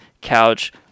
couch